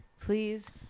please